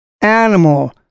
animal